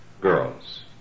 girls